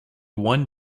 one